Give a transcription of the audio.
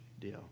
deal